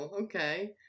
okay